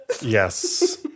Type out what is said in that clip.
Yes